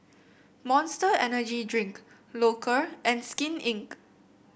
Monster Energy Drink Loacker and Skin Inc